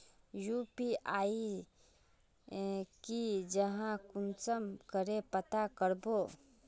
UPI की जाहा कुंसम करे पता करबो?